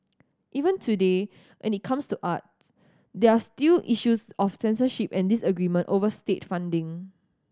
even today when it comes to arts there are still issues of censorship and disagreement over state funding